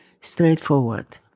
straightforward